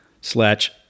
slash